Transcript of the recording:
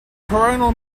coronal